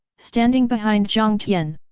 standing behind jiang tian.